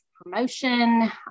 promotion